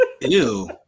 Ew